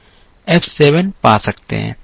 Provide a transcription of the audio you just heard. F 7 पा सकते हैं